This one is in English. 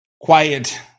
quiet